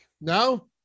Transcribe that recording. No